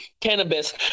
cannabis